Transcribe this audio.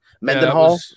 Mendenhall